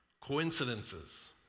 coincidences